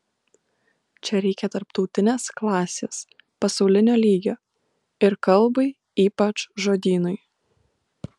čia reikia tarptautinės klasės pasaulinio lygio ir kalbai ypač žodynui